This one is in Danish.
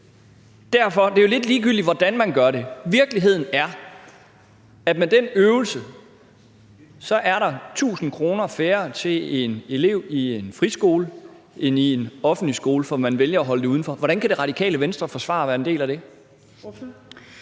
på. Det er jo lidt ligegyldigt, hvordan man gør det, når virkeligheden er, at der med den øvelse er 1.000 kr. færre til en elev i en friskole end til en elev i en offentlig skole, fordi man vælger at holde det udenfor. Hvordan kan Det Radikale Venstre forsvare at være en del af det?